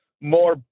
more